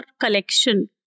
collection